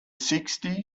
sixty